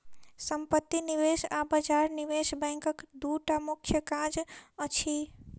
सम्पत्ति निवेश आ बजार निवेश बैंकक दूटा मुख्य काज अछि